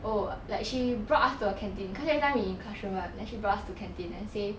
oh like she brought us to a canteen cause every time we in classroom [what] she brought us to canteen and say